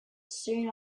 soon